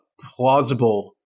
plausible